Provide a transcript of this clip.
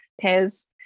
pairs